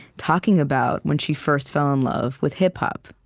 talking about when she first fell in love with hip-hop.